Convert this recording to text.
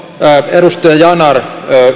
edustaja yanar